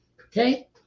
Okay